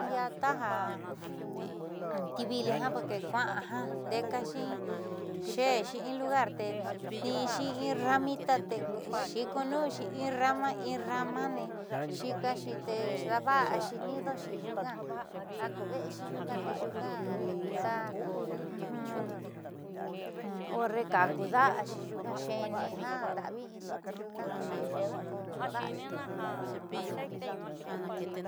Ndiaa taja tiivili kua'a jiaa nde'ekaxi xe'exii in lugar te tniinxi in ramita tee xiikoonunxi in rama in ramani xiikaxi te daava'axi nidoxi nyuuka ja ku ve'exi nyuuka tee nyuuka ndeeku taa horre kaaku da'axi nyuuka xeeni janda'avi inxi tenyuuka xiikoo da'axi.